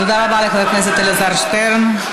תודה רבה, חבר הכנסת אלעזר שטרן.